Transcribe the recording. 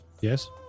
Yes